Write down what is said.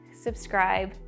subscribe